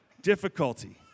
difficulty